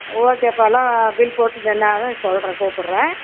ஓகேப்பா எல்லா பில் போட்டுவிட்டு நான் என்ன ஆகுதுன்னு சொல்கிறேன் கூப்பிட்றேன்